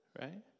right